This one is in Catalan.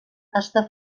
està